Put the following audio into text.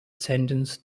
sentence